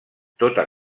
tota